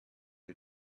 you